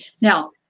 Now